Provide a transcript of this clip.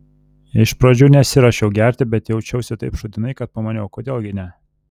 iš pradžių nesiruošiau gerti bet jaučiausi taip šūdinai kad pamaniau kodėl gi ne